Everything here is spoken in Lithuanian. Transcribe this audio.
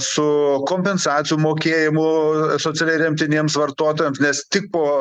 su kompensacijų mokėjimu socialiai remtiniems vartotojams nes tik po